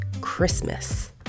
Christmas